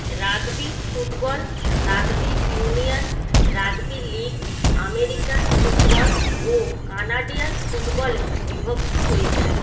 rugby football rugby union rugby league American football ও Canadian ফুটবলে বিভক্ত হয়ে যায়